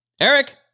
Eric